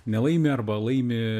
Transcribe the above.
nelaimi arba laimi